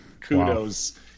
kudos